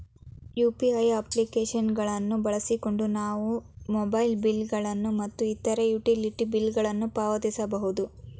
UPI application ಗಳನ್ನು ಬಳಸಿಕೊಂಡು ನಾವು ಮೊಬೈಲ್ ಬಿಲ್ ಗಳು ಮತ್ತು ಇತರ ಯುಟಿಲಿಟಿ ಬಿಲ್ ಗಳನ್ನು ಪಾವತಿಸಬಹುದು